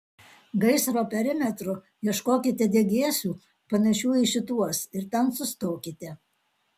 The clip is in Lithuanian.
gaisro perimetru ieškokite degėsių panašių į šituos ir ten sustokite